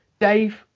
Dave